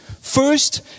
First